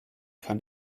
kann